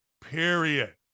Period